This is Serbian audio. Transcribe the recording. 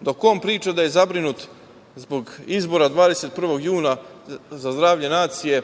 dok on priča da je zabrinut zbog izbora 21. juna za zdravlje nacije,